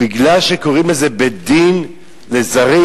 בגלל שקוראים לזה בית-דין לזרים,